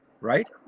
right